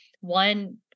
one